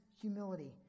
humility